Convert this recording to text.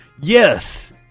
Yes